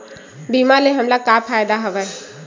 बीमा ले हमला का फ़ायदा हवय?